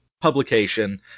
publication